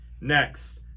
Next